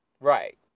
Right